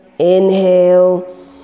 Inhale